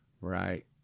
right